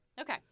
Okay